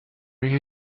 you